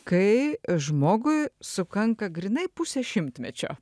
kai žmogui sukanka grynai pusė šimtmečio